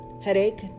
headache